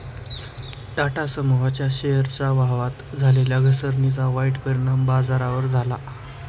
टाटा समूहाच्या शेअरच्या भावात झालेल्या घसरणीचा वाईट परिणाम बाजारावर झाला